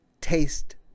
taste